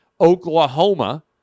Oklahoma